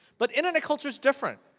but, internet culture is different.